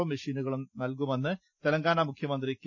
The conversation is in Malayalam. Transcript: ഒ മെഷീനുകളും നൽകുമെന്ന് തെലങ്കാന മുഖ്യമന്ത്രി കെ